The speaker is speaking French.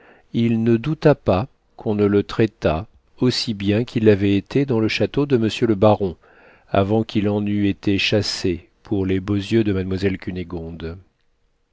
il ne douta pas qu'on ne le traitât aussi bien qu'il l'avait été dans le château de m le baron avant qu'il en eût été chassé pour les beaux yeux de mademoiselle cunégonde